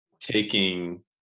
taking